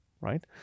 right